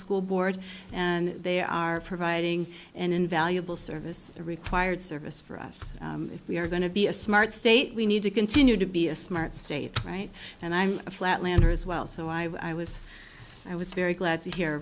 school board and they are providing an invaluable service required service for us if we are going to be a smart state we need to continue to be a smart state right and i'm a flatlander as well so i was i was very glad to hear